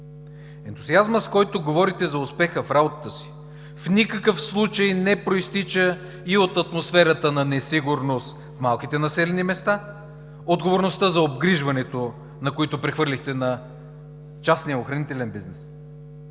Ентусиазмът, с който говорите за успеха в работата си, в никакъв случай не произтича и от атмосферата на несигурност в малките населени места, отговорността за обгрижването, които прехвърлихте на частния охранителен бизнес.